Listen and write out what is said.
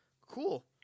cool